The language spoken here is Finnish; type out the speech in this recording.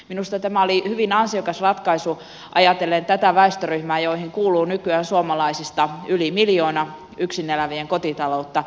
minusta tämä oli hyvin ansiokas ratkaisu ajatellen tätä väestöryhmää johon kuuluu nykyään suomalaisista yli miljoona yksin elävien kotitaloutta